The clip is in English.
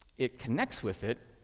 it connects with it,